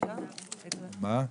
הישיבה ננעלה בשעה 14:10.